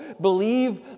believe